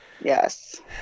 Yes